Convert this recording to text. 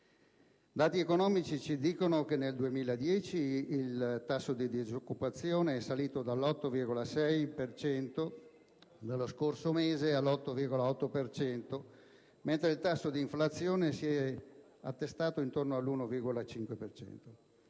Dati economici ci dicono che nel 2010 il tasso di disoccupazione è salito dall'8,6 per cento dello scorso mese all'8,8 per cento, mentre il tasso di inflazione si è attestato intorno all'1,5